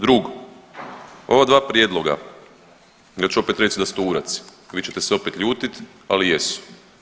Drugo, ova dva prijedloga, ja ću opet reć da su to uradci, vi ćete se opet ljutit, ali jesu.